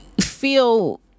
feel